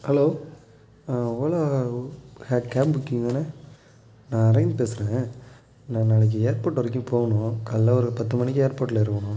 hello Ola கே cab booking தானே நான் அரவிந்த் பேசுகிறேன் நான் நாளைக்கு ஏர்போர்ட் வரைக்கும் போகணும் காலைல ஒரு பத்து மணிக்கு ஏர்போர்ட்டில் இருக்கணும்